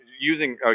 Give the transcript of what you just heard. using